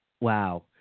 Wow